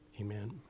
Amen